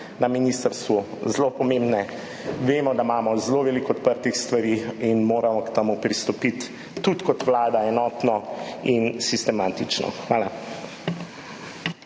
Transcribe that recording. na ministrstvu zelo pomembne. Vemo, da imamo zelo veliko odprtih stvari in moramo k temu pristopiti tudi kot Vlada enotno in sistematično. Hvala.